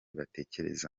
batekereza